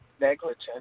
negligent